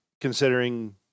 considering